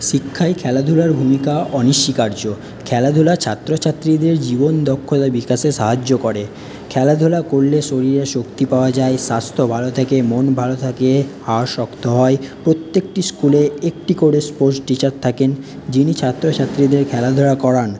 শিক্ষায় খেলাধুলার ভূমিকা অনস্বীকার্য খেলাধুলা ছাত্রছাত্রীদের জীবন দক্ষতা বিকাশে সাহায্য করে খেলাধুলা করলে শরীরে শক্তি পাওয়া যায় স্বাস্থ্য ভালো থাকে মন ভালো থাকে হাড় শক্ত হয় প্রত্যেকটি স্কুলে একটি করে স্পোর্টস টিচার থাকেন যিনি ছাত্রছাত্রীদের খেলাধুলা করান